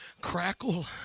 crackle